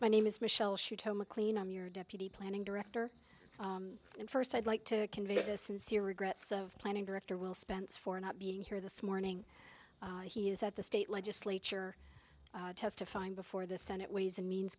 my name is michelle shuto mclean i'm your deputy planning director and first i'd like to convey this sincere regrets of planning director will spence for not being here this morning he is at the state legislature testifying before the senate ways and means